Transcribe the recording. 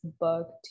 book